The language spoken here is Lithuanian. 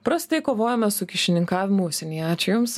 prastai kovojame su kyšininkavimu užsienyje ačiū jums